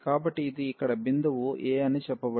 కాబట్టి ఇది ఇక్కడ బిందువు a అని చెప్పండి